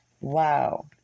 Wow